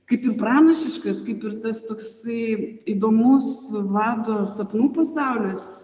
kaip ir pranašiškas kaip ir tas toksai įdomus vlado sapnų pasaulis